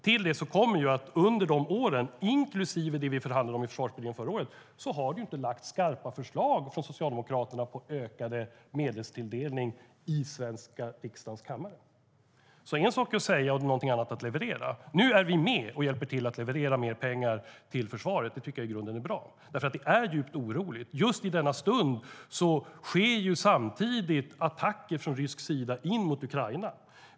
Till det kommer att under dessa år - det inkluderar det som vi förhandlade om i försvarsbudgeten förra året - har det från Socialdemokraterna inte lagts fram några skarpa förslag i riksdagens kammare om ökad medelstilldelning. Det är alltså en sak att tala om det och någonting annat att leverera. Nu är vi med och hjälper till att leverera mer pengar till försvaret. Det tycker jag i grunden är bra. Läget är oroligt. I denna stund sker attacker från rysk sida in i Ukraina.